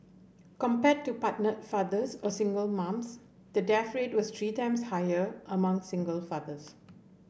compared to partnered fathers or single moms the death rate was three times higher among single fathers